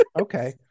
Okay